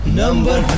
number